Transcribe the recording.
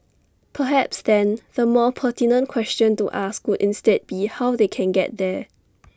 perhaps then the more pertinent question to ask would instead be how they can get there